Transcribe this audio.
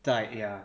died ya